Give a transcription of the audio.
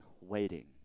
waiting